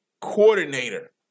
coordinator